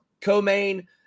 co-main